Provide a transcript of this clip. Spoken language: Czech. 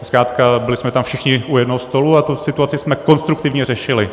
Zkrátka byli jsme tam všichni u jednoho stolu a tu situaci jsme konstruktivně řešili.